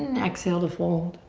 and exhale to fold.